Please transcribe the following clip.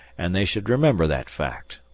and they should remember that fact.